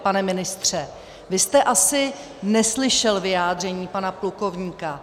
Pane ministře, vy jste asi neslyšel vyjádření pana plukovníka.